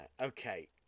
Okay